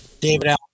David